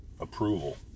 approval